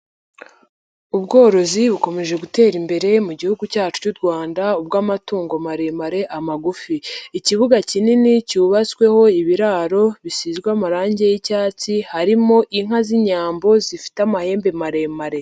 Ubworozi bukomeje gutera imbere mu gihugu cyacu cy'u Rwanda, ubw'amatungo maremare, amagufi, ikibuga kinini cyubatsweho ibiraro bisizwe amarangi y'icyatsi harimo inka z'inyambo zifite amahembe maremare.